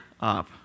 up